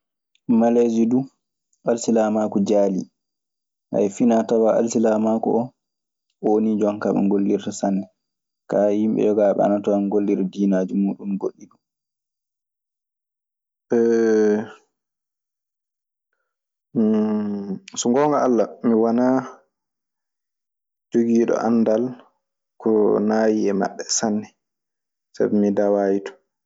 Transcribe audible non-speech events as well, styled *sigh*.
Maleesi du, alsilaamaaku jaali. *hesitation* Finaa tawaa alsilaamaaku oo, woni jonkaa ɓe ngollirta sanne. Kaa, yimɓe yogaaɓe ana ton, ana ngollira diinaaji muuɗun goɗɗi. *hesitation* so ngoonga Alla, mi wana jogiiɗo anndal ko naayi maɓɓe sanne. Sabi mi daway ton.